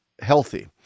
healthy